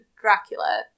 Dracula